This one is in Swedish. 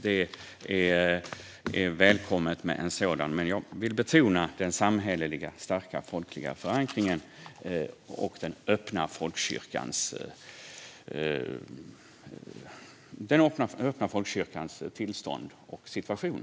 Det är välkommet. Men jag vill betona den starka samhälleliga och folkliga förankringen och vikten av den öppna folkkyrkan.